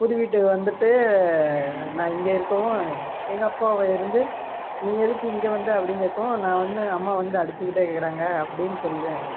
புது வீட்டுக்கு வந்துவிட்டு நான் இங்கே இருக்கவும் எங்கள் அப்பா இருந்து நீ எதுக்கு இங்கே வந்த அப்படின்னு கேட்கவும் நான் வந்து அம்மா வந்து அடிச்சுக்கிட்டே இருக்கிறாங்க அப்படின்னு சொல்கிறேன்